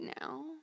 now